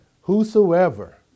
whosoever